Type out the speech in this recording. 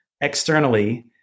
Externally